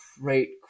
great